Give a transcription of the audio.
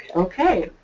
okay,